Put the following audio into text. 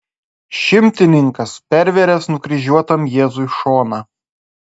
šimtininkas pervėręs nukryžiuotam jėzui šoną